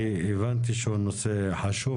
כי הבנתי שהוא נושא חשוב,